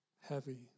Heavy